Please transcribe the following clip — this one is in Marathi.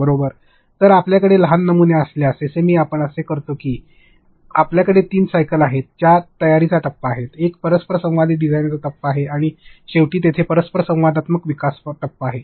बरोबर तर आपल्याकडे लहान नमुने असल्यास एसएएममध्ये आपण असे करतो की आपल्याकडे तीन सायकलस आहेत ज्यात तयारीचा टप्पा आहे एक परस्परसंवादी डिझाइनचा टप्पा आहे आणि शेवटी तेथे परस्पर संवादात्मक विकास टप्पा आहे